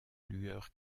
lueur